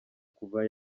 kuva